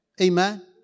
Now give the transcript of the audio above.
Amen